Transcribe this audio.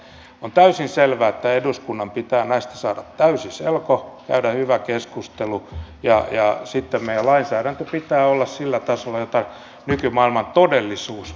on täysin selvää että eduskunnan pitää näistä saada täysi selko käydä hyvä keskustelu ja sitten meidän lainsäädännön pitää olla sillä tasolla jota nykymaailman todellisuus vastaa